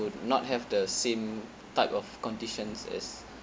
would not have the same type of conditions as